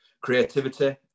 creativity